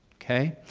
okay.